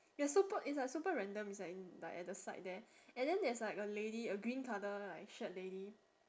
ya super it's like super random it's like in like at the side there and then there's like a lady a green colour like shirt lady